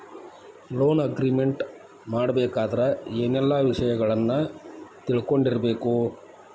Loan agreement ಮಾಡ್ಬೆಕಾದ್ರ ಏನೆಲ್ಲಾ ವಿಷಯಗಳನ್ನ ತಿಳ್ಕೊಂಡಿರ್ಬೆಕು?